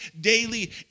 daily